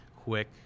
quick